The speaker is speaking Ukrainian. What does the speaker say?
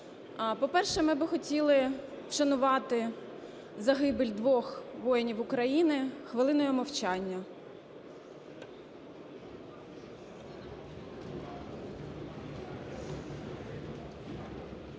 По-перше, ми би хотіли вшанувати загибель двох воїнів України хвилиною мовчання.